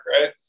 right